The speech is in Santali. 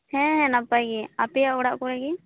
ᱦᱮᱸ ᱦᱮᱸ ᱱᱟᱯᱟᱭ ᱜᱮ ᱟᱯᱮᱭᱟᱜ ᱚᱲᱟᱜ ᱠᱚᱨᱮ ᱜᱮ